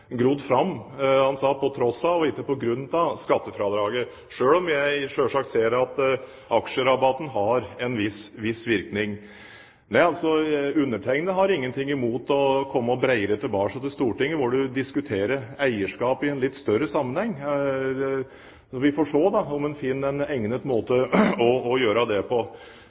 grodd fram. Han sa «mer til tross for enn på grunn av» skattefradraget, selv om jeg selvsagt ser at aksjerabatten har en viss virkning. Jeg har ingen ting imot å komme bredere tilbake til Stortinget for å diskutere eierskap i en litt større sammenheng. Vi får se om vi finner en egnet måte å gjøre det på.